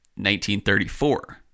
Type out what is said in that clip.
1934